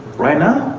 right now?